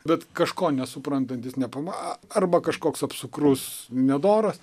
bet kažko nesuprantantis nepama arba kažkoks apsukrus nedoras